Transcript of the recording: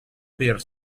per